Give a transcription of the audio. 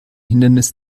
hindernis